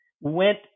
went